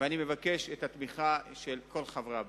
ואני מבקש את התמיכה של כל חברי הבית.